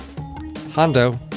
Hondo